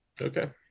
Okay